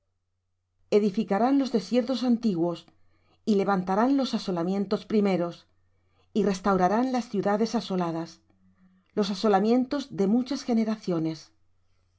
edificarán los desiertos antiguos y levantarán los asolamientos primeros y restaurarán las ciudades asoladas los asolamientos de muchas generaciones